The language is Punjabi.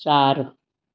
ਚਾਰ